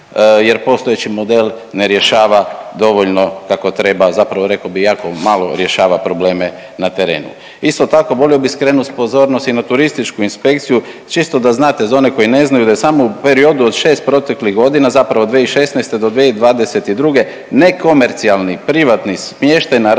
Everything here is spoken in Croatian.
jer postojeći model ne rješava dovoljno kako treba zapravo rekao bi jako malo rješava probleme na terenu. Isto tako volio bi skrenuti pozornost i na turističku inspekciju čisto da znate za one koji ne znaju da je samo u periodu od 6 proteklih godina zapravo od 2016. do 2022. nekomercijalni privatni smještaj narastao